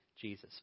Jesus